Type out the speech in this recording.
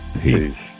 Peace